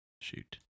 Shoot